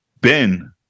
Ben